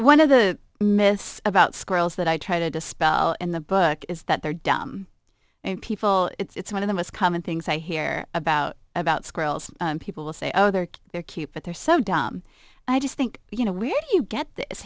one of the myths about squirrels that i try to dispel in the book is that they're dumb people it's one of the most common things i hear about about squirrels people say oh they're they're cute but they're so dumb i just think you know where do you get this